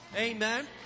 Amen